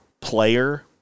player